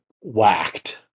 whacked